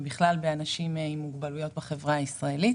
ובכלל באנשים עם מוגבלויות בחברה הישראלית.